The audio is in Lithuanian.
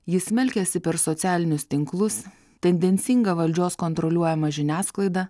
ji smelkiasi per socialinius tinklus tendencingą valdžios kontroliuojamą žiniasklaidą